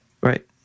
Right